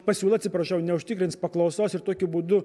pasiūla atsiprašau neužtikrins paklausos ir tokiu būdu